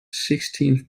sixteenth